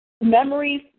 memories